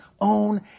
own